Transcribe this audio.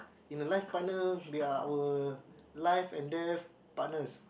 in a life partner they are our life and death partners